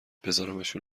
بزارمشون